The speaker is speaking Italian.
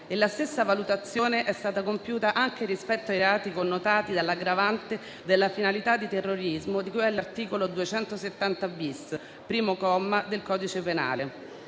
la stessa valutazione è stata compiuta anche rispetto ai reati connotati dall'aggravante della finalità di terrorismo, di cui all'articolo 270-*bis*, primo comma, del codice penale.